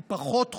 הוא פחות חולה.